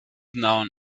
known